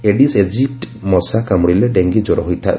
Aedes aegypti ମଶା କାମୁଡିଲେ dengue ଜ୍ୱର ହୋଇଥାଏ